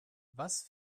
was